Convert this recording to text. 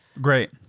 Great